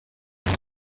many